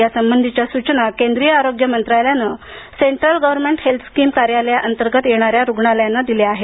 यासंबंधीच्या सूचना केंद्रीय आरोग्य मंत्रालयाने central government health scheme CGHS कार्यालयांतर्गत येणाऱ्या रुग्णालयांना दिल्या आहेत